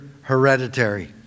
hereditary